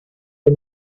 dei